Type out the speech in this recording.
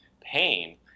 pain